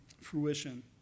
fruition